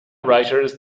writers